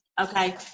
okay